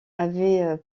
avait